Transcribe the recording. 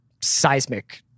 seismic